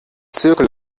zirkel